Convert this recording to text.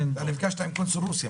אמנון, אתה נפגשת עם קונסול רוסיה.